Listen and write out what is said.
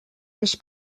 més